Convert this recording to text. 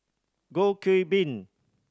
Goh Qiu Bin